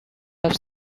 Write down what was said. have